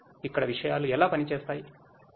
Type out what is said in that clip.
ఇక్కడ విషయాలు ఎలా పని చేస్తాయో